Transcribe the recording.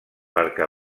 perquè